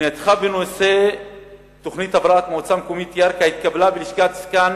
פנייתך בנושא תוכנית הבראה במועצה מקומית ירכא התקבלה בלשכת סגן